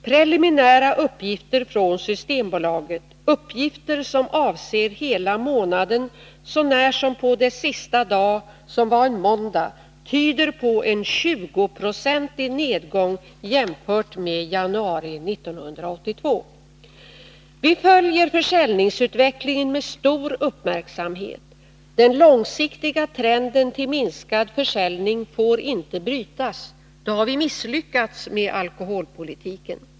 Preliminära uppgifter från Systembolaget — uppgifter som avser hela månaden så när som dess sista dag som var en måndag — tyder på en 20-procentig nedgång jämfört med januari 1982. Vi följer försäljningsutvecklingen med stor uppmärksamhet. Den långsiktiga trenden till minskad försäljning får inte brytas — då har vi misslyckats med alkoholpolitiken.